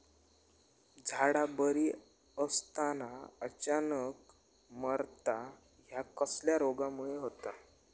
झाडा बरी असताना अचानक मरता हया कसल्या रोगामुळे होता?